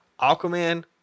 Aquaman